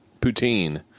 poutine